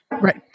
Right